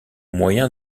moyen